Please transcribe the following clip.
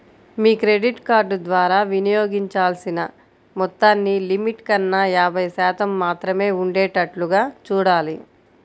మీ credit card ద్వారా వినియోగించాల్సిన మొత్తాన్ని లిమిట్ కన్నా యాభై శాతం మాత్రమే ఉండేటట్లుగా చూడాలి